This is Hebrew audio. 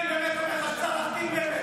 אני באמת אומר לך שצריך להחתים,